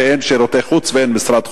ואין שירותי חוץ ואין משרד חוץ,